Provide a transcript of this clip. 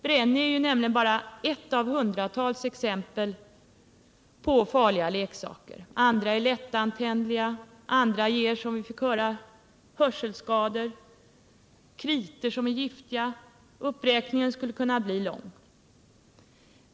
Brenni är nämligen bara ett av hundratals exempel på farliga leksaker. En del leksaker är lättantändliga, andra ger — som vi fått höra — hörselskador, en del kritor är giftiga. Uppräkningen skulle kunna bli lång.